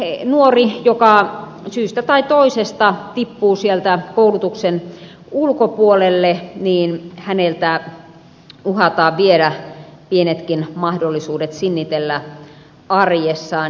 nyt nuorelta joka syystä tai toisesta tippuu sieltä koulutuksen ulkopuolelle uhataan viedä pienetkin mahdollisuudet sinnitellä arjessaan